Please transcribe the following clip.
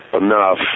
enough